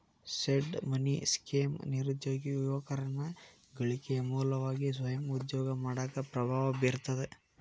seed money scheme ನಿರುದ್ಯೋಗಿ ಯುವಕರನ್ನ ಗಳಿಕೆಯ ಮೂಲವಾಗಿ ಸ್ವಯಂ ಉದ್ಯೋಗ ಮಾಡಾಕ ಪ್ರಭಾವ ಬೇರ್ತದ